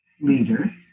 leader